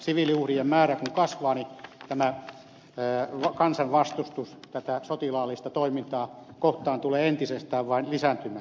siviiliuhrien määrä kun kasvaa niin tämä kansan vastustus tätä sotilaallista toimintaa kohtaan tulee entisestään vaan lisääntymään